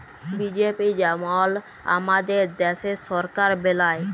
BJP যেমল আমাদের দ্যাশের সরকার বেলায়